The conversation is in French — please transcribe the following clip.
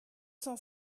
cent